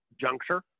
juncture